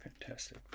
Fantastic